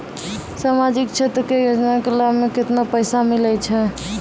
समाजिक क्षेत्र के योजना के लाभ मे केतना पैसा मिलै छै?